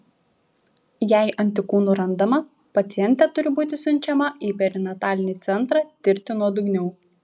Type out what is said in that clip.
jei antikūnų randama pacientė turi būti siunčiama į perinatalinį centrą tirti nuodugniau